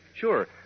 Sure